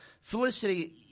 Felicity